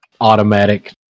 automatic